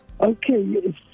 Okay